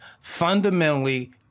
fundamentally